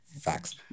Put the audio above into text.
Facts